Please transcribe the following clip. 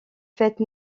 fête